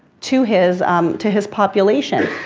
to his um to his population.